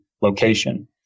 location